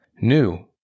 new